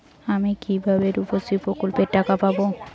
আমি কিভাবে রুপশ্রী প্রকল্পের টাকা পাবো?